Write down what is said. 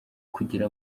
kugira